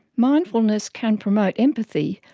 mindfulness can promote empathy,